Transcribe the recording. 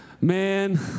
Man